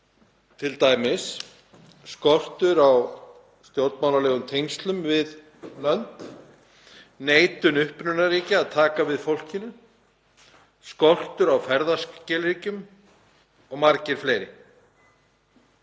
t.d. skortur á stjórnmálalegum tengslum við lönd, neitun upprunaríkja að taka við fólkinu, skortur á ferðaskilríkjum og margt fleira.